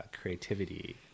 creativity